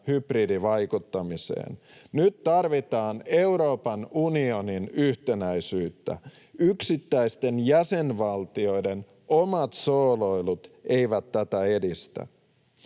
hybridivaikuttamiseen. Nyt tarvitaan Euroopan unionin yhtenäisyyttä. Yksittäisten jäsenvaltioiden omat sooloilut eivät tätä edistä.